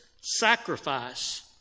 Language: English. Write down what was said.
sacrifice